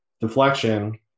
deflection